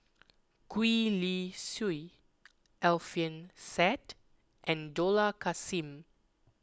Gwee Li Sui Alfian Sa'At and Dollah Kassim